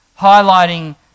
highlighting